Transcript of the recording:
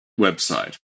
website